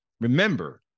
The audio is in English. Remember